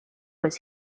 was